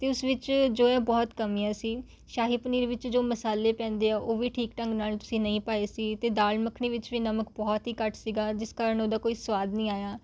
ਅਤੇ ਉਸ ਵਿੱਚ ਜੋ ਹੈ ਬਹੁਤ ਕਮੀਆਂ ਸੀ ਸ਼ਾਹੀ ਪਨੀਰ ਵਿੱਚ ਜੋ ਮਸਾਲੇ ਪੈਂਦੇ ਹੈ ਉਹ ਵੀ ਠੀਕ ਢੰਗ ਨਾਲ ਤੁਸੀਂ ਨਹੀਂ ਪਾਏ ਸੀ ਅਤੇ ਦਾਲ ਮੱਖਣੀ ਵਿੱਚ ਵੀ ਨਮਕ ਬਹੁਤ ਹੀ ਘੱਟ ਸੀਗਾ ਜਿਸ ਕਾਰਨ ਉਹਦਾ ਕੋਈ ਸੁਆਦ ਨਹੀਂ ਆਇਆ